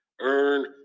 earn